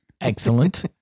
Excellent